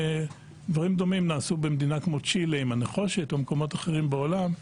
דברים דומים נעשו במדינה כמו צ'ילה עם הנחושת או במקומות אחרים בעולם,